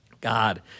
God